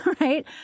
right